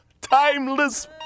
Timeless